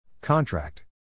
Contract